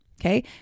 Okay